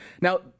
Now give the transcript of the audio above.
Now